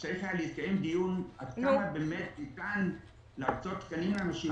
צריך היה להתקיים דיון עד כמה ניתן להקצות תקנים לאנשים האלה.